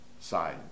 side